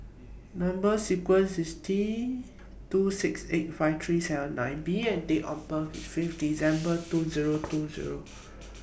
Number sequences IS T two six eight five three seven nine B and Date of birth IS Fifth December two Zero two Zero